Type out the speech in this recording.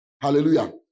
Hallelujah